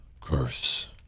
curse